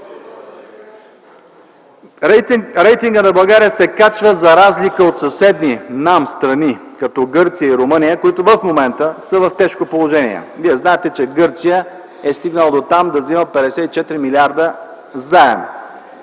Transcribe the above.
Рейтингът на България се качва за разлика от съседни нам страни като Гърция и Румъния, които в момента са в тежко положение. Вие знаете, че Гърция е стигнала дотам да взема 54 млрд. заем